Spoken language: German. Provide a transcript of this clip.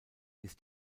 ist